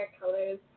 colors